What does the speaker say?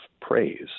praise